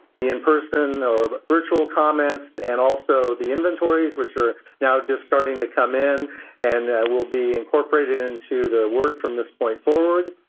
the in person and virtual comments, and also the inventories, which are now just starting to come in and will be incorporated into the work from this point forward.